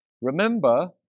Remember